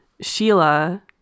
sheila